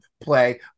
play